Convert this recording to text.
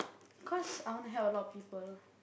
cause I want to help a lot of people